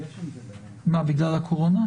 יש הגבלה בגלל הקורונה.